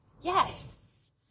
yes